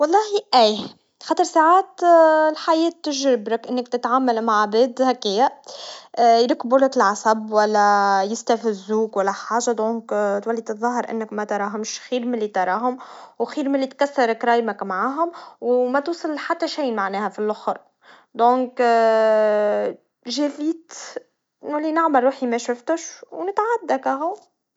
نعم، مرات تظاهرت إني مش شفت شخص لكي نتجنب الحديث. أوقات نحب نبعد عن المواقف المحرجة أو الأشخاص اللي ما نحبش نتحدث معهم. هذا يعكس أحيانًا شعورنا بالراحة والرغبة في الابتعاد.